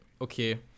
okay